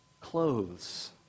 clothes